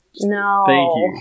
No